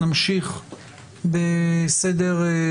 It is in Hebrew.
הדיון יתמשך אל מעבר לשעה 15:00. המטרה שלנו היא להמשיך בקריאת החוק,